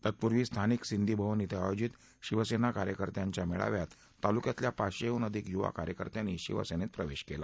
तत्पूर्वी स्थानिक सिंधी भवन ॐ आयोजित शिवसेना कार्यकर्त्याच्या मेळाव्यात तालुक्यातल्या पाचशेहून अधिक युवा कार्यकर्त्यांनी शिवसेनेत प्रवेश केला